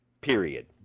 period